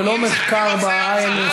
ולא מחקר ב-INSS.